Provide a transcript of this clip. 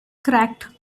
cracked